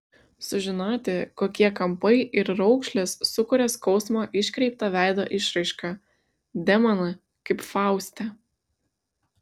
sužinoti kokie kampai ir raukšlės sukuria skausmo iškreiptą veido išraišką demoną kaip fauste